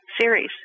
series